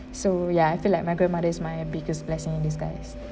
so ya I feel like my grandmother is my biggest blessing in disguise